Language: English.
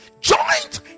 joint